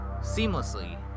seamlessly